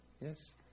Yes